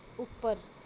ਉੱਪਰ